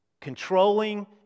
controlling